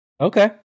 Okay